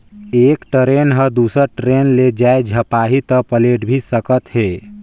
एक टरेन ह दुसर टरेन ले जाये झपाही त पलेट भी सकत हे